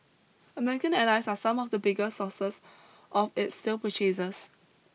American allies are some of the biggest sources of its steel purchases